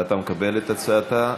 אתה מקבל את הצעתה?